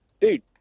dude